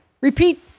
Repeat